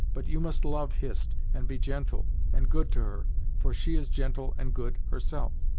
but you must love hist, and be gentle, and good to her for she is gentle and good herself.